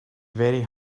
very